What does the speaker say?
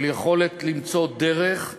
של יכולת למצוא דרך,